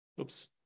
Oops